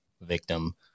victim